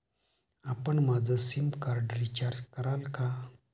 आपण माझं sim card recharge कराल का?